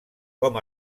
com